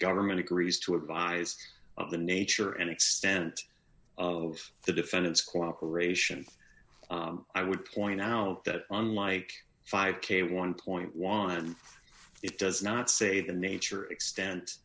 government agrees to advise of the nature and extent of the defendant's cooperation i would point out that unlike five k one point juan it does not say the nature